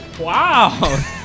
wow